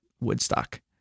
Woodstock